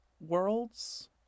worlds